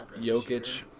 Jokic